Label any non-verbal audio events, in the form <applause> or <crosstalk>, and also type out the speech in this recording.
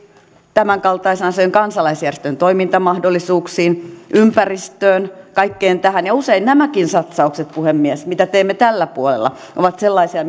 tämänkaltaisena asiana kansalaisjärjestöjen toimintamahdollisuuksiin ympäristöön kaikkeen tähän usein nämäkin satsaukset puhemies mitä teemme tällä puolella ovat sellaisia <unintelligible>